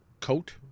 Coat